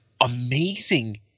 amazing